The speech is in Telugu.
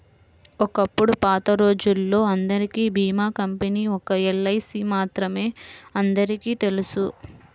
ఒకప్పుడు పాతరోజుల్లో అందరికీ భీమా కంపెనీ ఒక్క ఎల్ఐసీ మాత్రమే అందరికీ తెలుసు